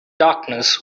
darkness